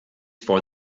for